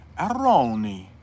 Aroni